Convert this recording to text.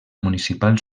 municipal